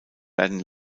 werden